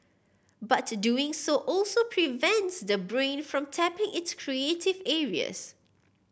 but doing so also prevents the brain from tapping its creative areas